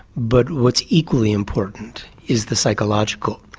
but what's equally important is the psychological.